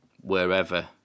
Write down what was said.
wherever